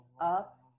up